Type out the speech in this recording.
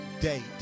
date